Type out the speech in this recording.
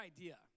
idea